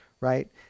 Right